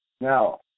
Now